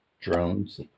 drones